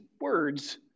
words